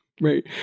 right